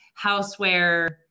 houseware